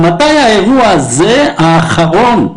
מתי האירוע הזה, האחרון,